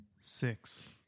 Six